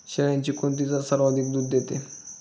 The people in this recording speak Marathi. शेळ्यांची कोणती जात सर्वाधिक दूध देते?